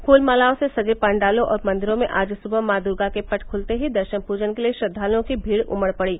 फूल मालाओं से सजे पाण्डालों और मंदिरों में आज सुबह माँ दुर्गा के पट खुलते ही दर्शन पूजन के लिये श्रद्वाल्ओं की भीड़ उमड़ पड़ी